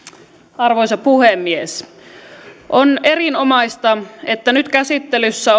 arvoisa puhemies on erinomaista että nyt käsittelyssä